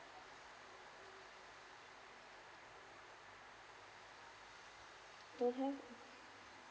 don't have